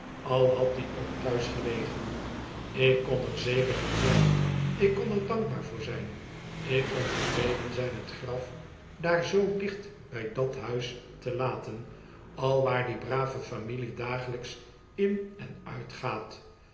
al had die ook thuis gelegen ik kon er zeker van zijn ik kon er dankbaar voor zijn ik kon tevreden zijn t graf daar zoo dicht bij dat huis te laten alwaar die brave familie dagelijks inen uitgaat